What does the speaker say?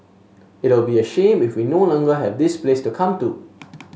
it'll be a shame if we no longer have this place to come to